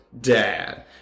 Dad